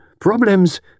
problems